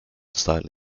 style